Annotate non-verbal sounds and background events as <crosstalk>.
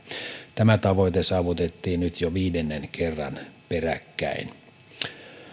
tämä tavoite saavutettiin nyt jo viidennen kerran peräkkäin <unintelligible>